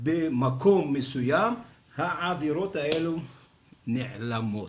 במקום מסוים, האווירות האלו נעלמות,